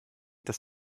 dass